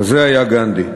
כזה היה גנדי.